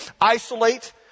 isolate